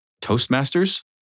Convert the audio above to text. Toastmasters